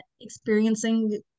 experiencing